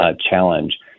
challenge